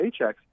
paychecks